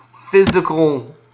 physical